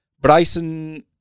Bryson